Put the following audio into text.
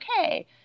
okay